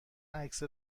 عکس